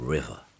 River